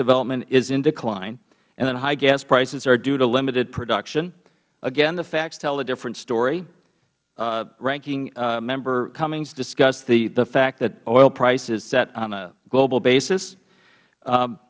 development is in decline and that high gas prices are due to limited production again the facts tell a different story ranking member cummings discussed the fact that oil prices are set on a global basis